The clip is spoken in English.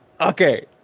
Okay